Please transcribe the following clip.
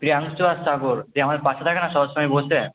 প্রিয়াংশু আর সাগর যে আমার পাশে থাকে না সবসময় বসে